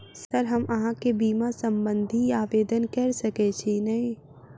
Sir हम अहाँ केँ बीमा संबधी आवेदन कैर सकै छी नै?